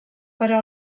però